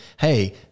hey